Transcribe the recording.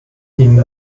ihnen